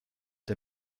der